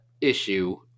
issue